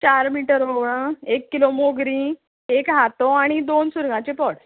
चार मिटर वोवळां एक किलो मोगरीं एक हातो आनी दोन सुरगांचे पोळ